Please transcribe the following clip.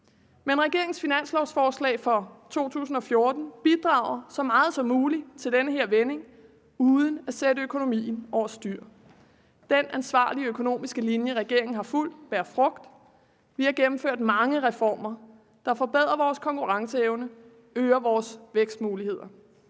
Men regeringens finanslovsforslag for 2014 bidrager så meget som muligt til den her vending uden at sætte økonomien over styr. Den ansvarlige økonomiske linje, regeringen har fulgt, bærer frugt. Vi har gennemført mange reformer, der forbedrer vores konkurrenceevne og øger vores vækstmuligheder.